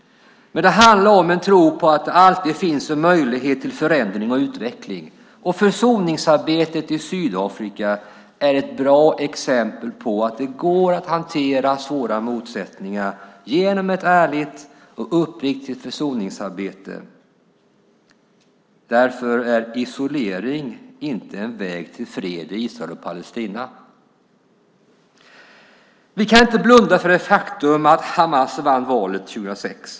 Men det handlar om en tro på att det alltid finns en möjlighet till förändring och utveckling. Försoningsarbetet i Sydafrika är ett bra exempel på att det går att hantera svåra motsättningar genom ett ärligt och uppriktigt försoningsarbete. Därför är isolering inte vägen till fred i Israel och Palestina. Vi kan inte blunda för det faktum att Hamas vann valet 2006.